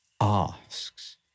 Asks